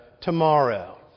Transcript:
tomorrow